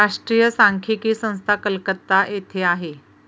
राष्ट्रीय सांख्यिकी संस्था कलकत्ता येथे आहे